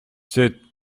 sais